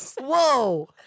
Whoa